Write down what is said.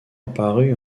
apparut